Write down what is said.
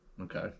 okay